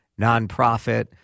nonprofit